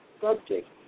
subject